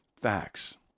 facts